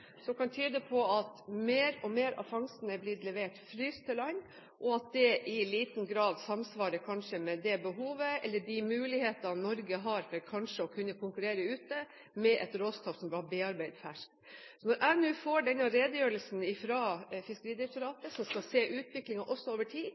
som kan tyde på at mer og mer av fangsten har blitt levert fryst til land, og at det kanskje i liten grad samsvarer med det behovet eller de mulighetene Norge har for å kunne konkurrere ute med et råstoff som er bearbeidet ferskt. Når jeg nå får denne redegjørelsen